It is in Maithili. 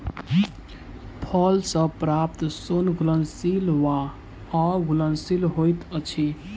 फल सॅ प्राप्त सोन घुलनशील वा अघुलनशील होइत अछि